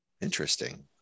Interesting